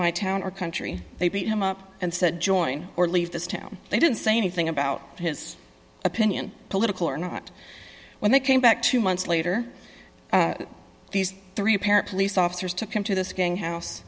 my town or country they beat him up and said join or leave this town they didn't say anything about his opinion political or not when they came back two months later these three apparent police officers took him to this gang house